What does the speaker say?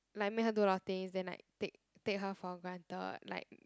like make her do a lot of things then like take take her for granted like